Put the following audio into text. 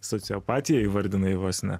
sociopatiją įvardinai vos ne